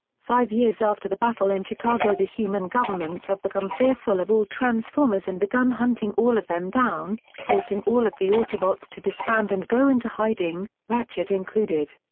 five years after the battle in chicago the human governments have become fearful of all transformers and begun hunting all of them down, forcing all of the autobots to disband and go into hiding, ratchet included.